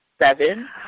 Seven